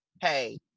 hey